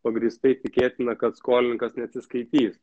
pagrįstai tikėtina kad skolininkas neatsiskaitys